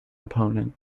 opponent